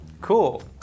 Cool